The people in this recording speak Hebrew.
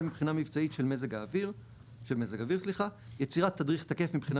מבחינה מבצעית של מזג אוויר; יצירת תדריך תקף מבחינה